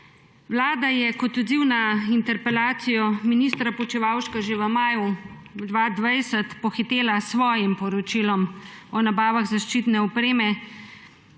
Vlada je kot odziv na interpelacijo ministra Počivalška že v maju 2020 pohitela s svojim poročilom o nabavah zaščitne opreme